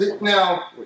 Now